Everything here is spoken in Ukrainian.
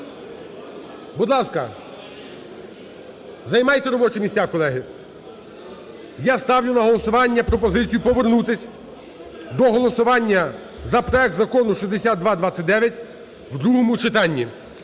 Будь ласка, займайте робочі місця, колеги. Я ставлю на голосування пропозицію повернутись до голосування за проект Закону 6229 в другому читанні.